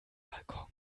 balkon